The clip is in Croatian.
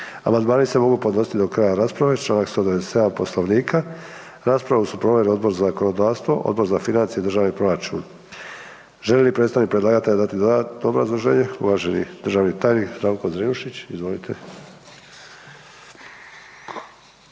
amandmani se mogu podnositi do kraja rasprave. Raspravu su proveli Odbor za zakonodavstvo, Odbor za financije i državni proračun. Želi li predstavnik predlagatelja dati dodatno obrazloženje? Gospodin Zdravko Zrinušić, državni tajnik, izvolite.